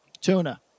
Tuna